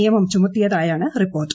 നിയമം ചുമത്തിയതായാണ് റിപ്പോർട്ട്